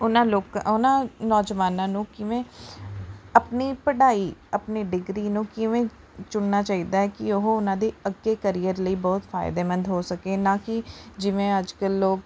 ਉਹਨਾਂ ਲੋਕ ਉਨ੍ਹਾਂ ਨੌਜਵਾਨਾਂ ਨੂੰ ਕਿਵੇਂ ਆਪਣੀ ਪੜ੍ਹਾਈ ਆਪਣੀ ਡਿਗਰੀ ਨੂੰ ਕਿਵੇਂ ਚੁਣਨਾ ਚਾਹੀਦਾ ਹੈ ਕਿ ਉਹ ਉਨ੍ਹਾਂ ਦੇ ਅੱਗੇ ਕਰੀਅਰ ਲਈ ਬਹੁਤ ਫਾਇਦੇਮੰਦ ਹੋ ਸਕੇ ਨਾ ਕਿ ਜਿਵੇਂ ਅੱਜ ਕੱਲ੍ਹ ਲੋਕ